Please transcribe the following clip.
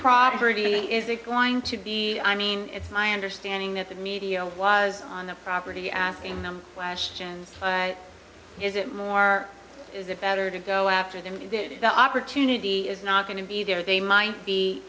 property is it going to be i mean it's my understanding that the media was on the property asking them lashins is it more is it better to go after them did the opportunity is not going to be there or they might be